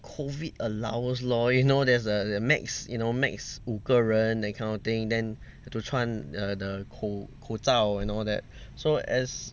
COVID allows lor you know there's a there's a max you know max 五个人 that kind of thing then have to 穿 the 口口罩 and all that so as